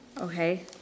Okay